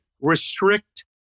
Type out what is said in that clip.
restrict